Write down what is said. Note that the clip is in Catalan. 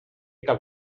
cal